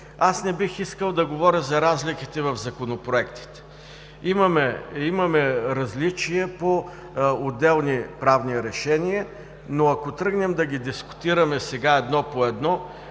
Не бих искал да говоря за разликите в законопроектите. Имаме различия по отделни правни решения, но ако тръгнем да ги дискутираме сега едно по едно,